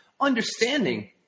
understanding